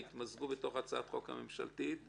שהתמזגו בהצעת החוק הממשלתית.